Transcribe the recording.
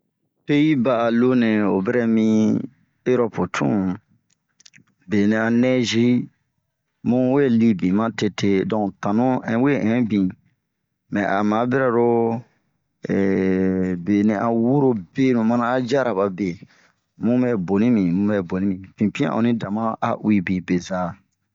Peyiba a loonɛɛ ho bara mi erɔpu tun, be nɛ a nɛzi bun we lii bin matete. Donk tanu ɛnɛ we ɛnbin mɛ a ma bara ro, eehh be a wuro benu mana a yara ba be, bun bɛ boni bin, bun bɛ boni, pinpian ɔni dama a uwi bin beza.